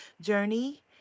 journey